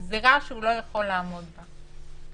גזרה שהם לא יכולים לעמוד בה.